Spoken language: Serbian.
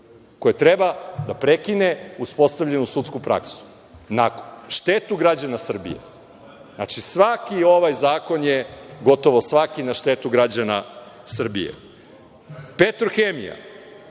koje treba da prekine uspostavljenu sudsku praksu, na štetu građana Srbije. Znači, svaki ovaj zakon je, gotovo svaki na štetu građana Srbije. „Petrohemija“